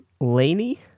Laney